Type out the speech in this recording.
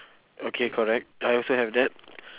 okay correct I also have that